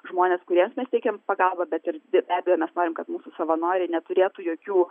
žmones kuriems mes teikiam pagalbą bet ir be abejo mes norim kad mūsų savanoriai neturėtų jokių